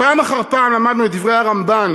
פעם אחר פעם למדנו את דברי הרמב"ן,